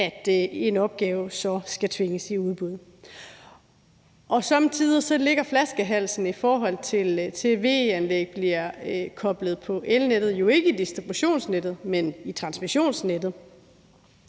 at en opgave så skal tvinges i udbud. Somme tider ligger flaskehalsen, i forhold til at VE-anlæg bliver koblet på elnettet, jo ikke i distributionsnettet, men i transmissionsnettet.